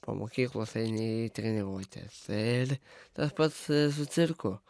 po mokyklos eini į treniruotę ir tas pats su cirku